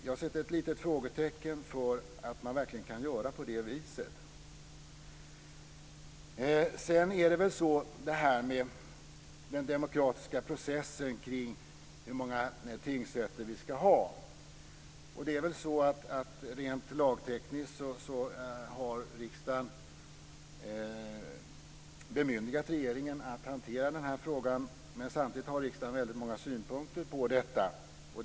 Jag sätter ett litet frågetecken för om man verkligen kan göra på det här viset. När det gäller den demokratiska processen kring hur många tingsrätter vi ska ha har riksdagen rent lagtekniskt bemyndigat regeringen att hantera den frågan. Samtidigt har riksdagen väldigt många synpunkter på det här.